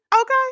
okay